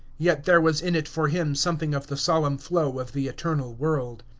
yet there was in it for him something of the solemn flow of the eternal world.